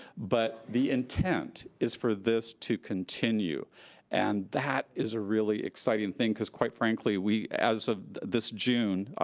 but the intent is for this to continue and that is a really exciting thing, cuz quite frankly we, as of this june,